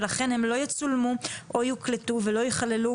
ולכן הם לא יצולמו או יוקלטו ולא ייכללו